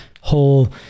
whole